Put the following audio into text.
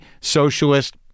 socialist